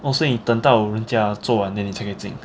oh 所以你等到人家做完 then 你才可以进